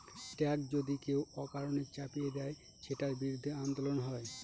tax যদি কেউ অকারণে চাপিয়ে দেয়, সেটার বিরুদ্ধে আন্দোলন হয়